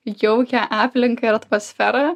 jaukią aplinką ir atmosferą